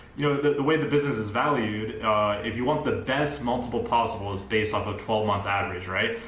you know the the way the business is valued if you want the best multiple possible it's based off a twelve month average, right.